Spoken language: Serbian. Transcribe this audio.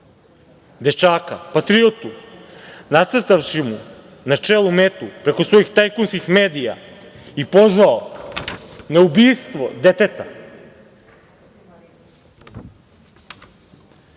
dečaka, patriotu nacrtavši mu na čelu metu preko svojih tajkunskih medija i pozvao na ubistvo deteta.